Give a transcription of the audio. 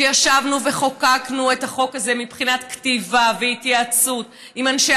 ישבנו וכתבנו את החוק הזה בהתייעצות עם אנשי